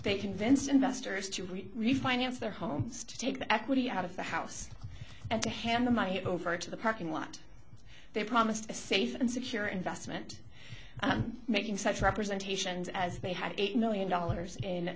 they convince investors to refinance their homes to take the equity out of the house and to hand the money over to the parking lot they promised a safe and secure investment making such representation as they had eight million dollars in a